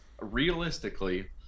realistically